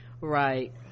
Right